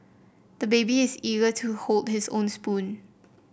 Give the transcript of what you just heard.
the baby is eager to hold his own spoon